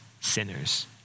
sinners